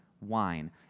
wine